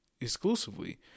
exclusively